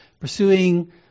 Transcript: pursuing